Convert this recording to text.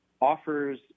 offers